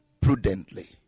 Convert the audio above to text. prudently